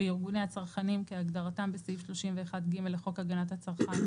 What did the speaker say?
וארגוני הצרכנים כהגדרתם בסעיף 31(ג) לחוק הגנת הצרכן,